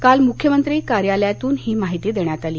काल मुख्यमंत्री कार्यालयातून ही माहिती देण्यात आली